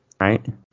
Right